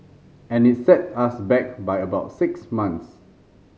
and it set us back by about six months